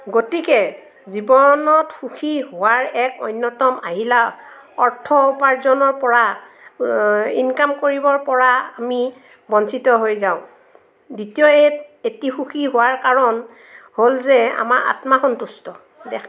গতিকে জীৱনত সুখী হোৱাৰ এক অন্যতম আহিলা অৰ্থ উপাৰ্জনৰ পৰা ইনকাম কৰিব পৰা আমি বঞ্চিত হৈ যাওঁ দ্বিতীয় এটি সুখী হোৱাৰ কাৰণ হ'ল যে আমাৰ আত্মা সন্তুষ্ট